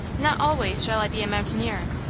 not always shall i be a mountaineer,